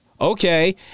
Okay